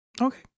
Okay